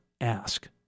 ask